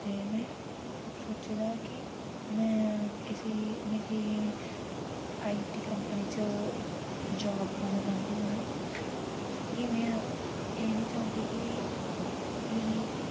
ते में सोचे दा ऐ कि में कुसै मिगी आईटी कम्पनी च जाब पाना चाह्न्नी आं में एह् नी चांह्दी कि मिगी